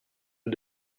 est